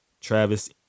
Travis